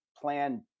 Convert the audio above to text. plan